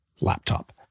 laptop